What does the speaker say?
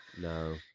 No